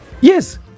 yes